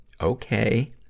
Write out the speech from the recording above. okay